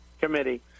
committee